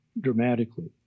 dramatically